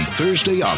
Thursday